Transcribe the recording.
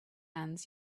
hands